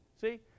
See